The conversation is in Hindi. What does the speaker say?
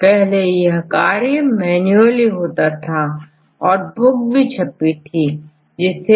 पहले यह कार्य मैनुअली होता था और बुक भी छपी थी जिसे एटलस ऑफ प्रोटीन सीक्वेंस कहते हैं